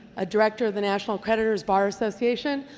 a director of the national creditors bar association,